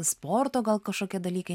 sporto gal kažkokie dalykai